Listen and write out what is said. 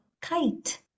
kite